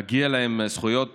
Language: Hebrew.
מגיעות להן זכויות